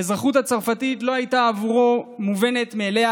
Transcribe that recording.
האזרחות הצרפתית לא הייתה בעבורו מובנת מאליה.